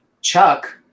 Chuck